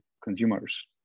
consumers